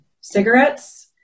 cigarettes